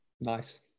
Nice